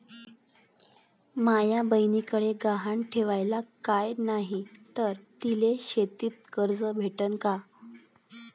माया बयनीकडे गहान ठेवाला काय नाही तर तिले शेतीच कर्ज भेटन का?